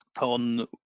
on